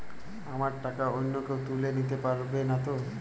আমার টাকা অন্য কেউ তুলে নিতে পারবে নাতো?